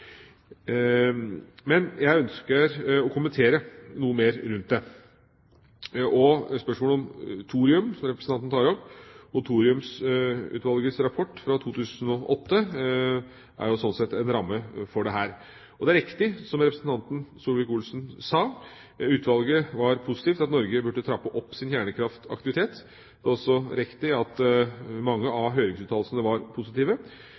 Men jeg ønsker å kommentere noe mer rundt dette. Spørsmålet om thorium, som representanten tar opp, og Thoriumutvalgets rapport fra 2008, er sånn sett en ramme rundt dette. Det er riktig, som representanten Solvik-Olsen sa, at utvalget var positiv til at Norge burde trappe opp sin kjernekraftaktivitet. Det er også riktig at mange av høringsuttalelsene var positive.